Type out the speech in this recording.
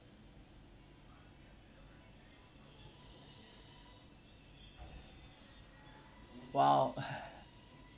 !wow!